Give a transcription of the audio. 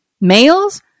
Males